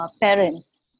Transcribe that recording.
Parents